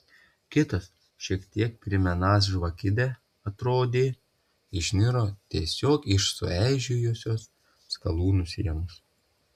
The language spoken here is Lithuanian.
kitas šiek tiek primenąs žvakidę atrodė išniro tiesiog iš sueižėjusios skalūno sienos